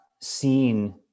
seen